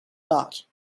not